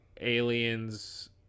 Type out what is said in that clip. aliens